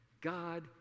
God